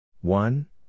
One